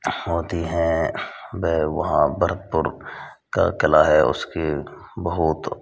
होती हैं व वहाँ भरतपुर का किला है उसकी बहुत